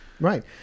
Right